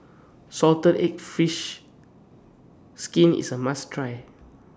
Salted Egg Fried Fish Skin IS A must Try